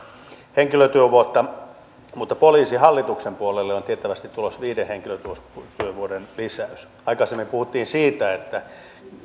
henkilötyövuotta mutta poliisihallituksen puolelle on tiettävästi tulossa viiden henkilötyövuoden lisäys aikaisemmin puhuttiin siitä että